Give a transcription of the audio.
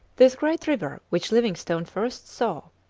this great river which livingstone first saw,